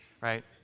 right